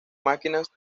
máquinas